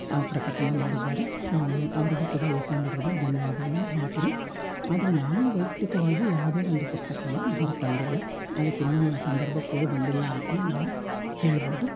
ಪ್ರಕಟಣೆ ಮಾಡಿದ್ದಾರೆ ಅವರಿಗೂ ಕೂಡ ಈ ಸಂದರ್ಭದಲ್ಲಿ ಧನ್ಯವಾದಗಳನ್ನ ಹೇಳ್ತೀನಿ ಆದರೆ ನಾನೇ ವೈಯುಕ್ತಿಕವಾಗಿ ಯಾವುದೇ ಒಂದು ಪುಸ್ತಕವನ್ನು ಹೊರಗೆ ತಂದಿಲ್ಲ ಅದಕ್ಕೆ ಇನ್ನೂ ಸಂದರ್ಭ ಕೂಡಿ ಬಂದಿಲ್ಲ ಅಂತಲೇ ನಾವು ಹೇಳ್ಬೋದು